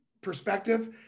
perspective